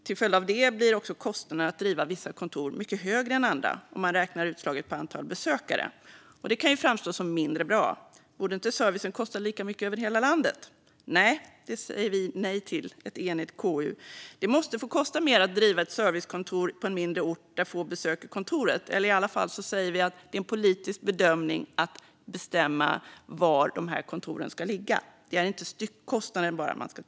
Till följd av det blir kostnaden för att driva vissa kontor mycket högre än andra, om man räknar utslaget på antal besökare. Det kan framstå som mindre bra. Borde inte servicen kosta lika mycket över hela landet? Det säger ett enigt KU nej till. Det måste få kosta mer att driva ett servicekontor på en mindre ort där få besöker kontoret. Vi säger i alla fall att det är en politisk bedömning att bestämma var kontoren ska ligga. Man ska inte bara titta på kostnaden per styck.